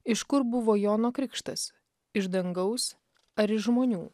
iš kur buvo jono krikštas iš dangaus ar iš žmonių